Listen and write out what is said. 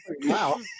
Wow